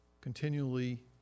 continually